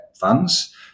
funds